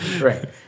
Right